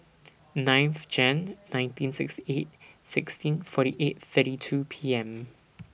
ninth Jane nineteen sixty eight sixteen forty eight thirty two P M